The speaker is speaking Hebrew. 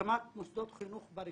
הקמת מוסדות חינוך בריכוזים,